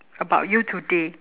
about you today